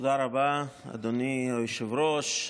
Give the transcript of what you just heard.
תודה רבה, אדוני היושב-ראש.